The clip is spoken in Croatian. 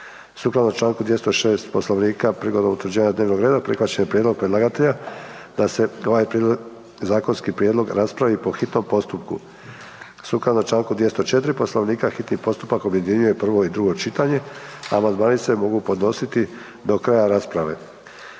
Sukladno Članku 206. Poslovnika prigodom utvrđivanja dnevnog reda prihvaćen je prijedlog predlagatelja da se ovaj prijedlog, zakonski prijedlog raspravi po hitnom postupku. Sukladno Članku 204. Poslovnika hitni postupak objedinjuje prvo i drugo čitanje, a amandmani se mogu podnositi do kraja rasprave.